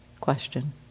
question